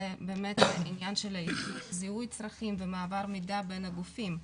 בעצם העניין של זיהוי צרכים ומעבר מידע בין הגופים.